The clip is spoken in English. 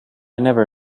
never